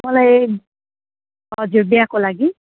मलाई हजुर बिहाको लागि